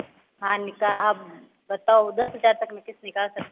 हाँ निका आप बताओ दस हजार तक मैं किश्त निकाल सकती हूँ